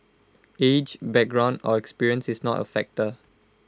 age background or experience is not A factor